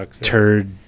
turd